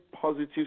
positive